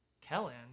kellen